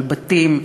על בתים,